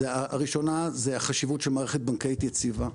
הראשון זה החשיבות של מערכת בנקאית יציבה,